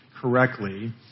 correctly